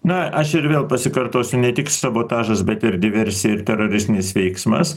na aš ir vėl pasikartosiu ne tik sabotažas bet ir diversija ir teroristinis veiksmas